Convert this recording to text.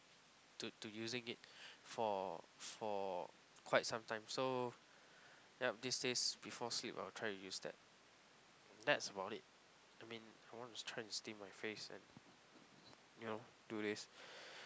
to to using it for for quite some time so yup these day before sleep I will try to use them